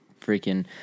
Freaking